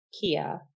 Kia